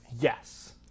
Yes